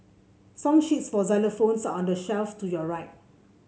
song sheets for xylophones are on the shelf to your right